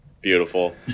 beautiful